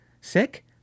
Sick